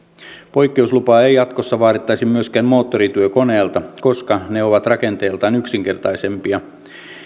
poikkeuslupaa ei ei jatkossa vaadittaisi myöskään moottorityökoneilta koska ne ovat rakenteeltaan yksinkertaisempia